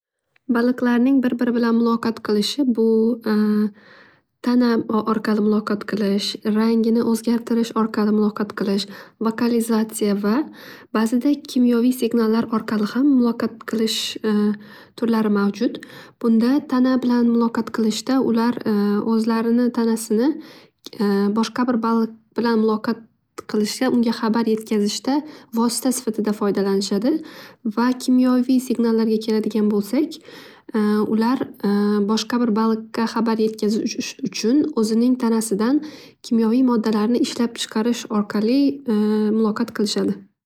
Baliqlarning bir biri bilan muloqot qilishi bu tana orqali muloqot qilish, rangini o'zgartirish orqali muloqot qilish, vokalizatsiya va ba'zida kimyoviy signallar orqali ham muloqot qilish turlari mavjud. Bunda tana bilan muloqot qilishda ular o'zlarini tanasini boshqa bir baliq bilan muloqot qilishsa unga habar yetkazishda vosita sifatida foydalanishadi. Va kimyoviy signallarga keladigan bo'lsak ular boshqa bir baliqga habar yetkazish uchun o'zining tanasidan kimyoviy moddalarni ishlab chiqarish orqali muloqot qilishadi.